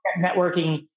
networking